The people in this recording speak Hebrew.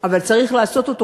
אבל צריך לעשות את זה,